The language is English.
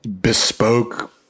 bespoke